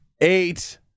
Eight